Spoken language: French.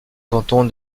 canton